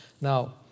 Now